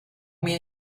mir